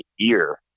ear